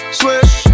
swish